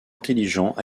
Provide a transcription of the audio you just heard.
intelligent